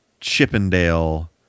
Chippendale